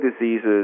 diseases